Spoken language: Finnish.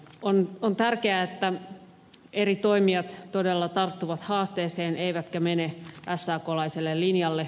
on tärkeää että eri toimijat todella tarttuvat haasteeseen eivätkä mene saklaiselle linjalle